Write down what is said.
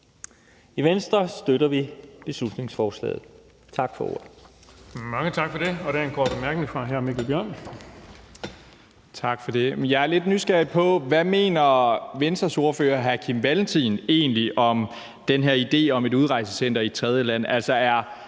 I Venstre støtter vi beslutningsforslaget. Tak for ordet.